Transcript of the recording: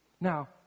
Now